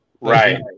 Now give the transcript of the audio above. right